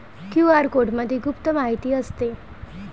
QR कोडमध्ये गुप्त माहिती असते